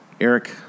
Eric